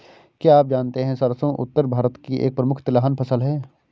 क्या आप जानते है सरसों उत्तर भारत की एक प्रमुख तिलहन फसल है?